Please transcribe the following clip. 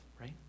right